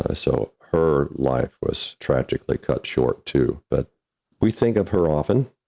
ah so, her life was tragically cut short too, but we think of her often.